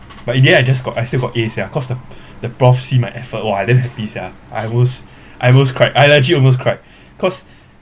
but in the end I just got I still got As yeah cause the the prof see my effort !wah! I damn please ya I almost I almost cried I legitly almost cried cause